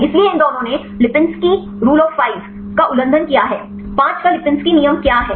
इसलिए इन दोनों ने 5 के लिपिंस्की नियम का उल्लंघन किया है 5 का लिपिंस्की नियम क्या है